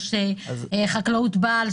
יש חקלאות בעל,